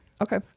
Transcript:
Okay